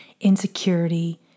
insecurity